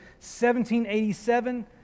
1787